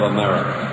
America